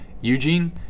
Eugene